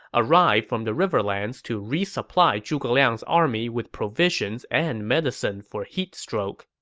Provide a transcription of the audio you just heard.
arrived from the riverlands to resupply zhuge liang's army with provisions and medicine for heatstroke.